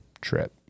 trip